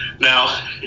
Now